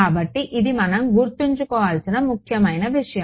కాబట్టి ఇది మనం గుర్తుంచుకోవలసిన ముఖ్యమైన విషయం